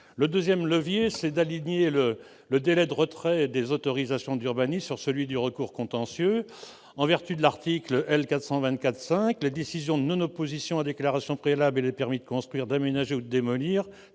d'actionner consiste à aligner le délai de retrait des autorisations d'urbanisme sur celui du recours contentieux. En vertu de l'article L. 424-5 du code de l'urbanisme, les décisions de non-opposition à déclaration préalable et les permis de construire, d'aménager ou de démolir,